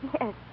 Yes